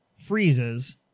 freezes